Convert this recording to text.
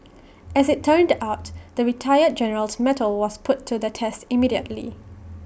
as IT turned out the retired general's mettle was put to the test immediately